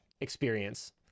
experience